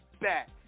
back